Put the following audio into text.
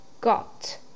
got